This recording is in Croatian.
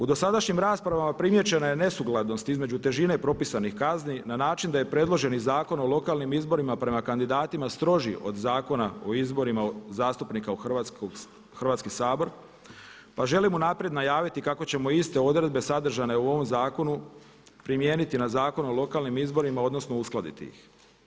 U dosadašnjim raspravama primijećena je nesuglednost između težine propisanih kazni na način da je predloženi Zakon o lokalnim izborima prema kandidatima stroži od Zakona o izborima zastupnika u Hrvatski sabor, pa želim unaprijed najaviti kako ćemo iste odredbe sadržane u ovom zakonu primijeniti na Zakon o lokalnim izborima, odnosno uskladiti ih.